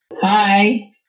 Hi